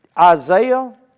Isaiah